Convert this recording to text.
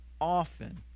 often